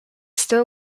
still